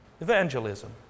Evangelism